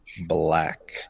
black